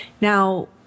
Now